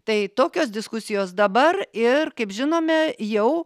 tai tokios diskusijos dabar ir kaip žinome jau